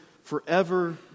forever